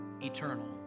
eternal